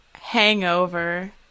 Hangover